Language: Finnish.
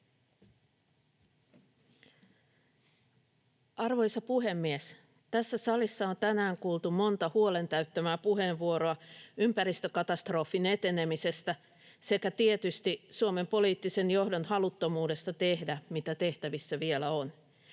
Arvoisa puhemies! Tässä salissa on tänään kuultu monta huolen täyttämää puheenvuoroa ympäristökatastrofin etenemisestä sekä tietysti Suomen poliittisen johdon haluttomuudesta tehdä, mitä tehtävissä vielä on.